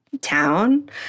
town